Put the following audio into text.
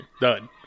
Done